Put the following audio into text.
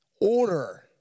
order